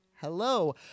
Hello